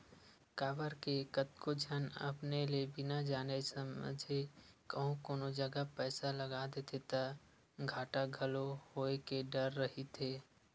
काबर के कतको झन अपन ले बिना जाने समझे कहूँ कोनो जगा पइसा लगा देथे ता घाटा घलो होय के डर रहिथे